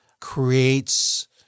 creates